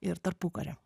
ir tarpukario